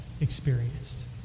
experienced